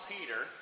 Peter